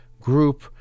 group